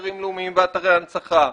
חוק אתרים לאומיים ואתרי הנצחה.